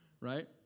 right